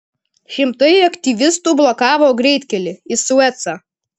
šimtai aktyvistų blokavo greitkelį į suecą